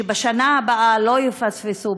שבשנה הבאה לא יפספסו.